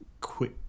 quick